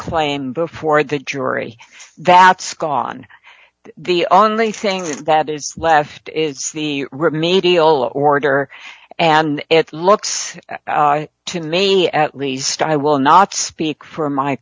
claim before the jury that's gone the only thing that is left is the rim a deal order and it looks to me at least i will not speak for my